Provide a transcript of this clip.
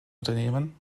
unternehmen